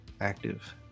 active